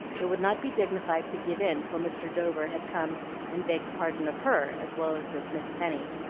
it would not be dignified to give in till mr. dover had come and begged pardon of her as well as of miss penny.